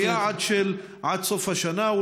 ביעד של עד סוף השנה,